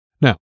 Now